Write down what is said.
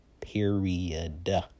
period